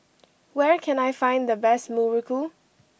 where can I find the best Muruku